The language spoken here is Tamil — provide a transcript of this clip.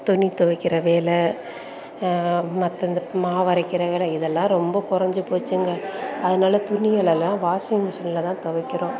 துணி துவைக்கிற வேலை மற்ற இந்த மாவரைக்கிற வேலை இதெல்லாம் ரொம்ப குறஞ்சி போச்சிங்க அதனால் துணிகளை எல்லாம் வாஷிங்மிஷின்ல தான் துவைக்கிறோம்